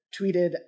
tweeted